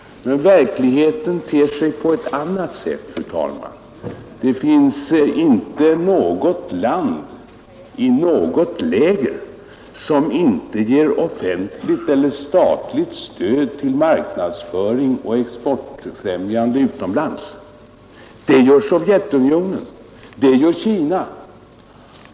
Men verkligheten ter sig på annat sätt. Det finns inte något land i något läger som inte ger offentligt eller statligt stöd till marknadsföring och exportbefrämjande åtgärder utomlands. Det gör Sovjetunionen. Det gör Kina.